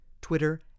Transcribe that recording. Twitter